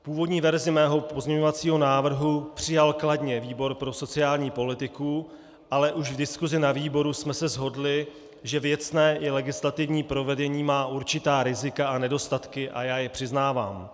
Původní verzi mého pozměňovacího návrhu přijal kladně výbor pro sociální politiku, ale už v diskusi na výboru jsme se shodli, že věcné i legislativní provedení má určitá rizika a nedostatky a já je přiznávám.